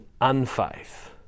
unfaith